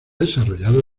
desarrollado